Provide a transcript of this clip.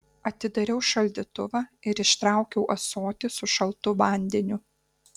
atidariau šaldytuvą ir ištraukiau ąsotį su šaltu vandeniu